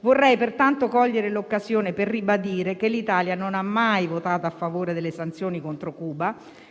Vorrei pertanto cogliere l'occasione per ribadire che l'Italia non ha mai votato a favore delle sanzioni contro Cuba,